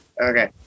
Okay